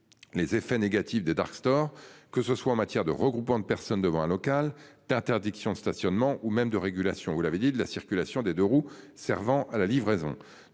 Les effets négatifs des dark stores, que ce soit en matière de regroupement de personnes devant un local d'interdiction de stationnement ou même de régulation. Vous l'avez dit-il, la circulation des 2 roues servant à la livraison.